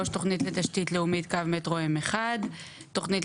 תוכנית לתשתית לאומית קו מטרו M1; תוכנית